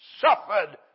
Suffered